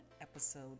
episode